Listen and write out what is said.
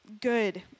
good